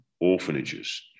orphanages